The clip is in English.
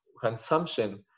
consumption